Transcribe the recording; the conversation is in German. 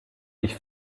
ich